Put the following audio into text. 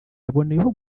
yaboneyeho